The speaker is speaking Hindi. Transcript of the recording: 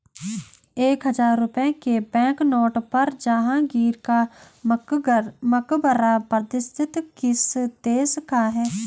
एक हजार रुपये के बैंकनोट पर जहांगीर का मकबरा प्रदर्शित किस देश का है?